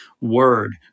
word